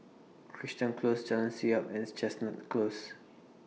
Crichton Close Jalan Siap and Chestnut Close